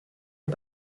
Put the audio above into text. and